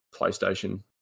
playstation